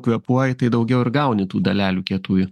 kvėpuoji tai daugiau ir gauni tų dalelių kietųjų